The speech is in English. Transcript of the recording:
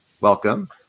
Welcome